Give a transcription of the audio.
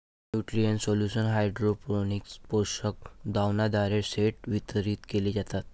nutrient solution hydroponics पोषक द्रावणाद्वारे थेट वितरित केले जातात